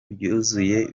byuzuye